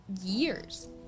years